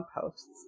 posts